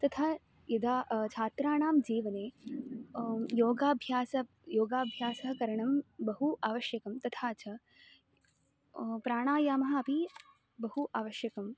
तथा यदा छात्राणां जीवने योगाभ्यासः योगाभ्यासकरणं बहु आवश्यकं तथा च प्राणायामः अपि बहु आवश्यकम्